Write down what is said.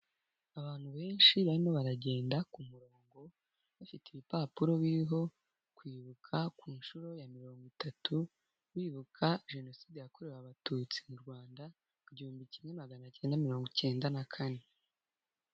Abantu benshi barimo baragenda ku murongo, bafite ibipapuro biriho kwibuka ku nshuro ya mirongo itatu, bibuka Jenoside yakorewe abatutsi mu Rwanda, mu gihumbi kimwe magana cyenda, mirongo icyenda na kane.